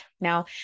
Now